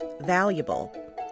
valuable